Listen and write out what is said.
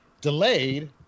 delayed